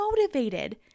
motivated